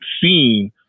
seen